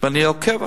ואני עוקב אחריהם.